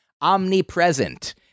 omnipresent